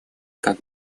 как